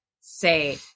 say